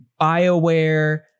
bioware